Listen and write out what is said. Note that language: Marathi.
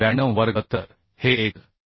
2692 वर्ग तर हे 1